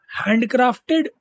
handcrafted